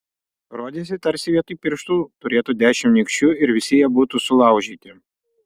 rodėsi tarsi vietoj pirštų turėtų dešimt nykščių ir visi jie būtų sulaužyti